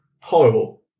horrible